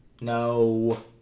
No